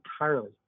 entirely